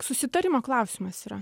susitarimo klausimas yra